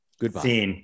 goodbye